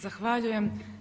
Zahvaljujem.